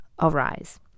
arise